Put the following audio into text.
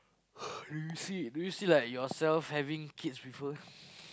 do you see do you see like yourself having kids with her